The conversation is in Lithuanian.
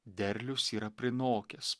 derlius yra prinokęs